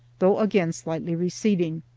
though again slightly receding.